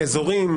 אזורים,